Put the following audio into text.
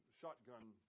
shotgun